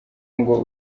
ngo